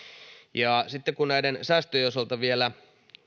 sitten kun näiden säästöjen osalta vielä